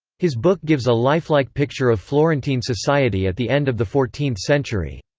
his book gives a lifelike picture of florentine society at the end of the fourteenth century.